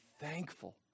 thankful